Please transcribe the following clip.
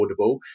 affordable